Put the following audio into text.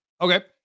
Okay